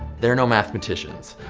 they're no mathematicians.